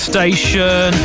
Station